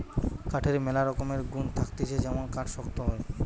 কাঠের ম্যালা রকমের গুন্ থাকতিছে যেমন কাঠ শক্ত হয়